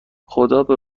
خدابه